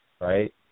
right